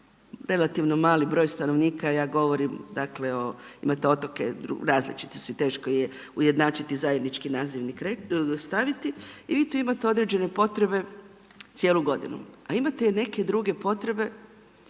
relativno mali broj stanovnika, ja govorim dakle, imate otoke različiti su i teško je ujednačiti zajednički nazivnik staviti i vi tu imate određene potrebe cijelu godinu, a imate i neke druge potrebe,